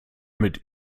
mit